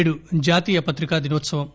నేడు జాతీయ పత్రికా దినోత్సవం